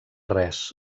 res